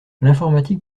l’informatique